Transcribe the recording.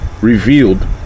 revealed